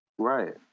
Right